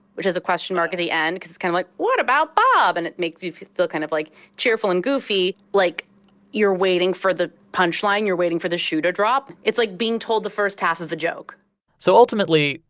which has a question mark at the end. because it's kind of like, what about bob! and it makes you feel kind of like cheerful and goofy. like you're waiting for the punchline, you're waiting for the shoe to drop. it's like being told the first half of a joke so ultimately,